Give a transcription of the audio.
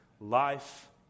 Life